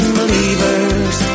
believers